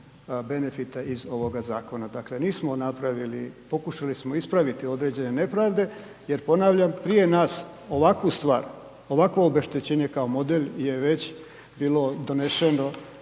benefita iz ovoga zakona. Dakle, pokušali smo ispraviti određene nepravde jer ponavljam, prije nas ovakvu stvar, ovakvo obeštećenje kao model je već bilo donešeno